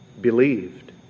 believed